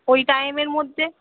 ওই টাইমের মধ্যে